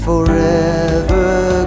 forever